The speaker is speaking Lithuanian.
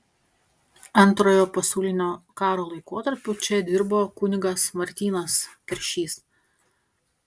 antrojo pasaulinio karo laikotarpiu čia dirbo kunigas martynas keršys